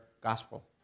gospel